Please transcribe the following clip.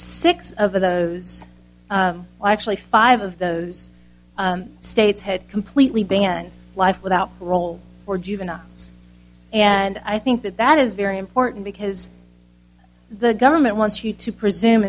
six of those actually five of those states had completely banned life without parole or juvenile it's and i think that that is very important because the government wants you to presume